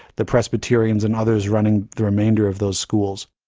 the presbyterians and others running the remainder of those schools.